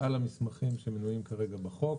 על המסמכים שמנויים כרגע בחוק.